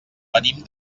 venim